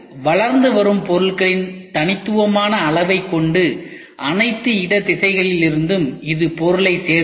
வளர்ந்து வரும் பொருளின் தனித்துவமான அளவைக் கொண்டு அனைத்து இட திசைகளிலிருந்தும் இது பொருளைச் சேர்த்தது